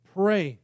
pray